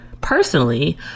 personally